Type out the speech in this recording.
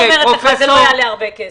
אני אומרת לך שזה לא יעלה הרבה כסף.